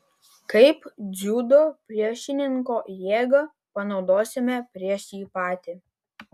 kaip dziudo priešininko jėgą panaudosime prieš jį patį